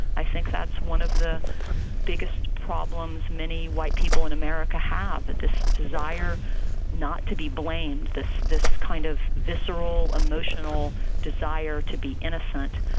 i think that's one of the biggest problems many white people in america have, but this desire not to be blamed, this this kind of visceral emotional desire to be innocent.